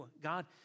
God